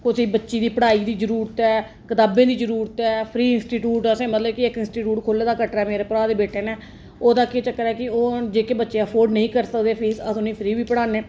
कुसै बच्ची दी पढ़ाई दी जरूरत ऐ कताबें दी जरूरत ऐ फ्री इंस्टीटयुट ऐ असें मतलब कि इक इंस्टीट्यूट खोले दा कटरा मेरे भ्राऽ दे बेटे ने ओह्दा केह् चक्कर ऐ कि ओह् जेह्के बच्चे ऐफोड नेईं करी सकदे फीस अस उ'नेंगी फ्री बी पढ़ानें